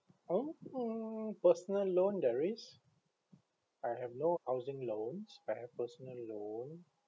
orh orh personal loan there is I have no housing loans I have personal loan